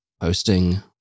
posting